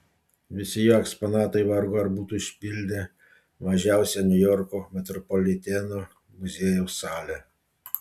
visi jo eksponatai vargu ar būtų užpildę mažiausią niujorko metropoliteno muziejaus salę